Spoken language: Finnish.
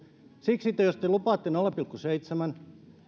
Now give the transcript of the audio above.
siksi jos te lupaatte nolla pilkku seitsemän ei